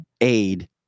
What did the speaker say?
aid